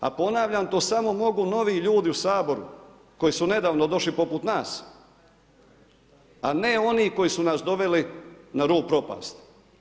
A ponavljam, to samo mogu novi ljudi u Saboru koji su nedavno došli poput nas, a ne oni koji su nas doveli na rub propasti.